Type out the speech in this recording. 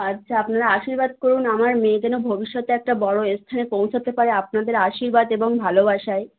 আচ্ছা আপনারা আশীর্বাদ করুন আমার মেয়ে যেন ভবিষ্যতে একটা বড়ো স্থানে পৌঁছাতে পারে আপনাদের আশীর্বাদ এবং ভালোবাসায়